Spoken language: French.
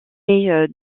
est